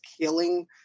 killing